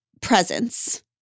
presence